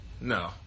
No